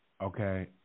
Okay